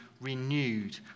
renewed